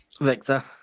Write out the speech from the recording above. Victor